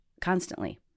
constantly